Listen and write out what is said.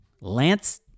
Lance